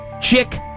Chick